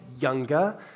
younger